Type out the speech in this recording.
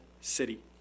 city